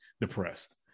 depressed